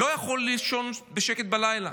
לא יכול לישון בשקט בלילה.